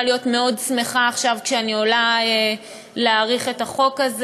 להיות מאוד שמחה עכשיו כשאני עולה להאריך את החוק הזה.